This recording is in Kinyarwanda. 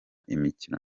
imikino